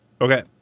Okay